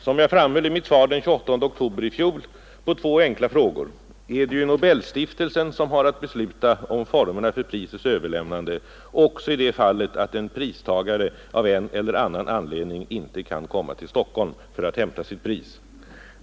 Som jag framhöll i mitt svar den 28 oktober i fjol på två enkla frågor är det ju Nobelstiftelsen som har att besluta om formerna för prisets överlämnande också i det fallet att en pristagare av en eller annan anledning inte kan komma till Stockholm för att hämta sitt pris.